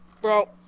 Bro